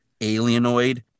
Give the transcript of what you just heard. alienoid